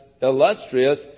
illustrious